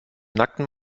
nacktem